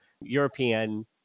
European